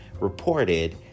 reported